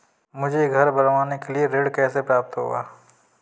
मुझे घर बनवाने के लिए ऋण कैसे प्राप्त होगा?